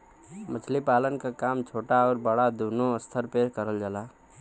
मछली पालन क काम छोटा आउर बड़ा दूनो स्तर पे करल जाला